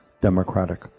democratic